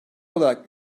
olarak